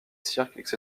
cirques